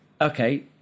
okay